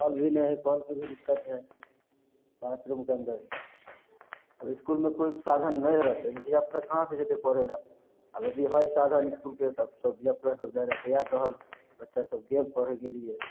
कल नहि हइ कलके भी दिक्कत हइ बाथरूमके अन्दर आब इसकुलमे कोइ साधन नहि रहतै तऽ धियापुता कहांसँ जेतय पढ़य लअ आब अभी हइ सभ साधन इसकुलके तऽ सभ धियापुता सभ जाइ लए तैयार रहल बच्चा सभके पढ़यके लिए